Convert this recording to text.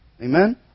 Amen